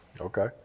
Okay